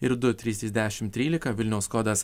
ir du trys trys dešimt trylika vilniaus kodas